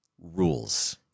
rules